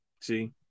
See